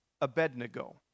Abednego